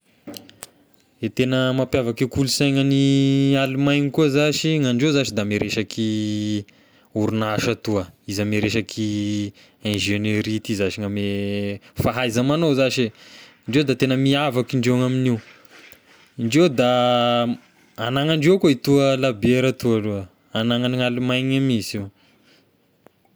E tena mampiavaky kolonsaina any Alemaina koa zashy, ny andreo zashy da ame resaky orinasa toa izy ame resaky ingenieurie ty zashy ny ame fahaiza magnao zashy, ndreo da tegna miavaky indreo ny amin'io, indreo da agnanandreo koa e toa labiera toa aloha, agnanan'ny Alemaina mihinsy io.